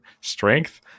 strength